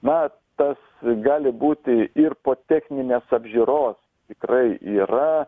na tas gali būti ir po techninės apžiūros tikrai yra